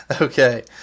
Okay